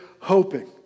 hoping